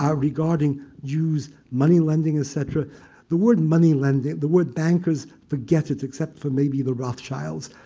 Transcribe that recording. ah regarding jews moneylending, et cetera the word moneylending the word bankers forget it except for maybe the rothschilds.